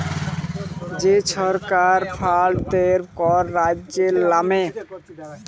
যে ছরকার ফাল্ড দেয় কল রাজ্যের লামে